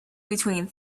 between